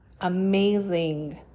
amazing